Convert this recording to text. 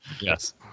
Yes